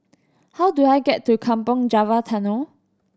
how do I get to Kampong Java Tunnel